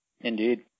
Indeed